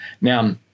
Now